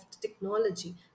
technology